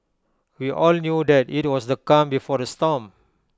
we all knew that IT was the calm before the storm